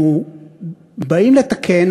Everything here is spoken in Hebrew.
אנחנו באים לתקן,